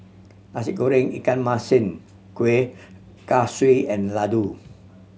Nasi Goreng ikan masin Kueh Kaswi and laddu